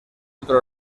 otro